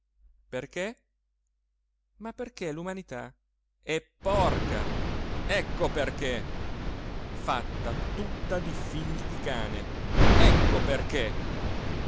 perché ma perché l'umanità è porca ecco perché fatta tutta di figli di cane ecco perché